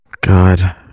God